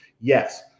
Yes